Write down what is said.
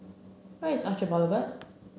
where is Orchard Boulevard